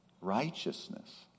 righteousness